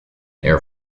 air